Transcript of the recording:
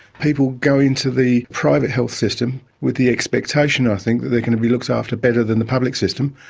people go into the private health system with the expectation i think that they are going to be looked after better than the public system,